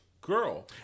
girl